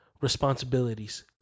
responsibilities